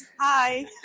Hi